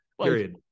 Period